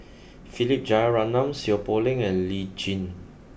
Philip Jeyaretnam Seow Poh Leng and Lee Tjin